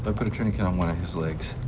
but put a tourniquet on one of his legs,